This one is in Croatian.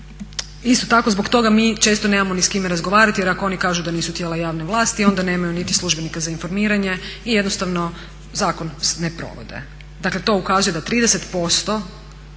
Isto tako zbog toga mi često nemamo ni s kime razgovarati jer ako oni kažu da nisu tijela javne vlasti onda nemaju niti službenika za informiranje i jednostavno zakon ne provode. Dakle to ukazuje da 30%,